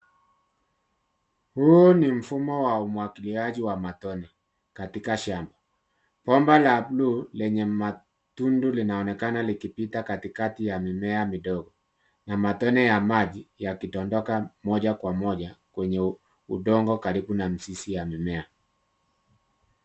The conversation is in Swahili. Huu ni mfumo wa umwagiliaji wa matone katika shamba. Bomba la buluu lenye matundu linaonekana likipita katikati ya mimea midogo na matone ya maji yakidondoka moja kwa moja kwenye udongo karibu na mizizi ya mimea.